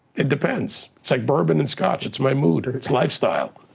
it depends. it's like bourbon and scotch. it's my mood, it's lifestyle.